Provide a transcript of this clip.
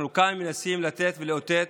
אנחנו כאן מנסים לתת ולאותת,